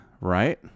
right